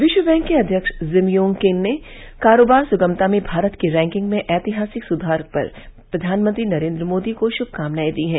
विश्व बैंक के अध्यक्ष जिम योग किम ने कारोबार सुगमता में भारत की रैंकिंग में एतिहासिक सुधार पर प्रधानमंत्री नरेन्द्र मोदी को शुभकामनाए दी है